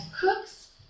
cooks